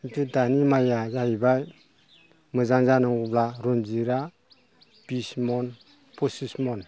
खिन्थु दानि माइया जाहैबाय मोजां जानांगौब्ला रनजितआ बिस मन फसिस मन